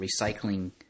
recycling